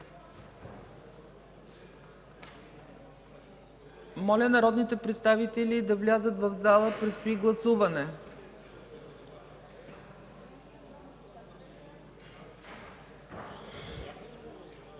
Моля народните представители да влязат в залата. Предстои гласуване.